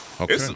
okay